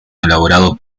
elaborados